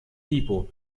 tipo